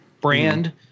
brand